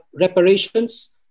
reparations